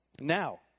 Now